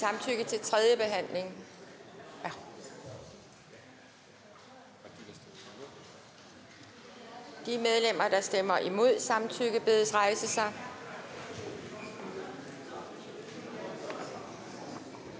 samtykke til tredje behandling. De medlemmer, der stemmer for samtykke, bedes rejse sig.